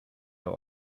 der